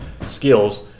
skills